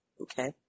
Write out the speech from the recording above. Okay